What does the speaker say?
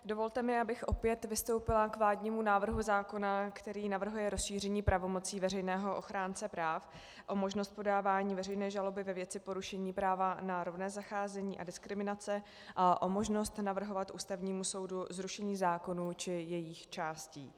Dovolte mi, abych opět vystoupila k vládnímu návrhu zákona, který navrhuje rozšíření pravomocí veřejného ochránce práv o možnost podávání veřejné žaloby ve věci porušení práva na rovné zacházení a diskriminace a o možnost navrhovat Ústavnímu soudu zrušení zákonů či jejich částí.